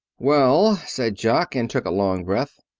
well, said jock, and took a long breath.